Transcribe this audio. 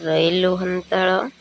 ରଇଲୁ Hantal